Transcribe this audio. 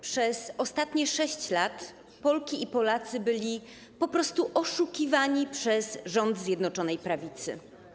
Przez ostatnie 6 lat Polki i Polacy byli po prostu oszukiwani przez rząd Zjednoczonej Prawicy.